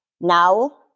Now